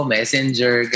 Messenger